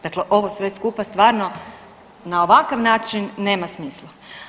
Dakle, ovo sve skupa stvarno na ovakav način nema smisla.